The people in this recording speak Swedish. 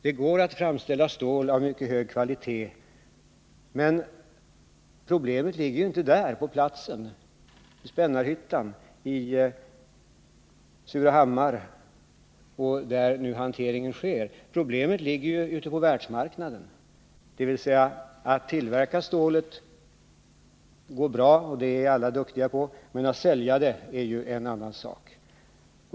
Det går att framställa stål av mycket hög kvalitet. Men problemet ligger inte i Spännarhyttan, i Surahammar eller var hanteringen nu sker. Problemet ligger ju ute på världsmarknaden — dvs. att tillverka stålet går bra, och det är alla duktiga på, men att sälja det är en annan sak.